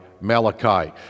Malachi